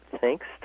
Thanks